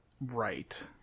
Right